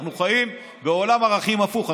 אנחנו חיים בעולם ערכים הפוך.